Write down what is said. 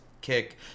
kick